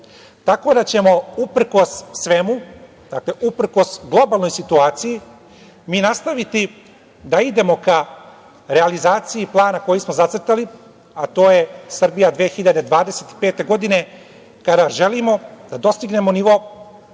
Tako da ćemo uprkos svemu, uprkos globalnoj situaciji mi nastaviti da idemo ka realizaciji plana koji smo zacrtali, a to je "Srbija 2025" kada želimo da dostignemo nivo